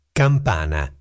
campana